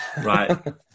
Right